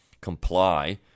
comply